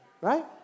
right